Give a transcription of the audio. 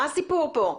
מה סיפור פה?